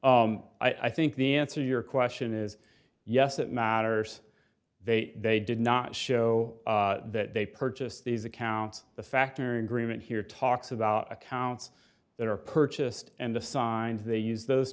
i think the answer your question is yes it matters they did not show that they purchased these accounts the factory agreement here talks about accounts that are purchased and the signs they use those